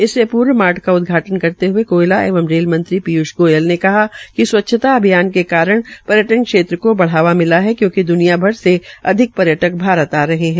इससे पूर्व मार्ट का उदघाटन करते हए कोयला एवं रेल मंत्री पीयूष गोयल ने कहा कि स्वच्छता अभियान के कारण पर्यटन क्षेत्र केा बढ़ावा मिला है क्योंकि द्वनियाभर में अधिक पर्यटक भारत में आ रहे है